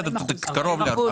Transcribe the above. בסדר, קרוב ל-40%.